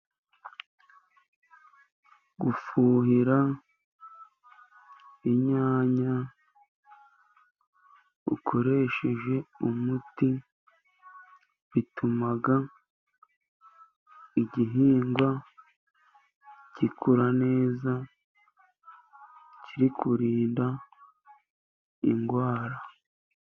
Gufuhira inyanya ukoresheje umuti bituma igihingwa gikura neza kiri kurinda indwara.